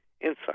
insight